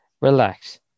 relax